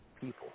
people